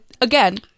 again